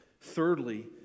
Thirdly